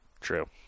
true